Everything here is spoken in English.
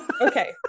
okay